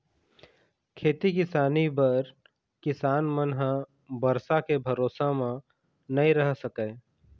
खेती किसानी बर किसान मन ह बरसा के भरोसा म नइ रह सकय